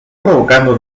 provocando